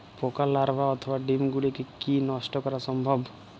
পোকার লার্ভা অথবা ডিম গুলিকে কী নষ্ট করা সম্ভব?